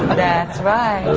that's right.